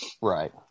right